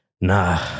Nah